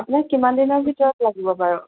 আপোনাক কিমান দিনৰ ভিতৰত লাগিব বাৰু